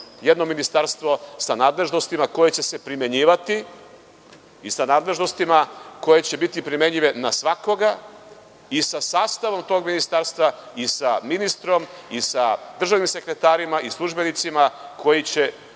jedno ministarstvo sa nadležnostima koje će se primenjivati i sa nadležnostima koje će biti primenjive na svakoga i sa sastavom tog ministarstva i sa ministrom i sa državnim sekretarima, službenicima koji će